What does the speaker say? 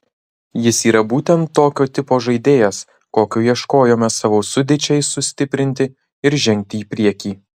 jis yra būtent tokio tipo žaidėjas kokio ieškojome savo sudėčiai sustiprinti ir žengti į priekį